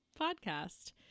podcast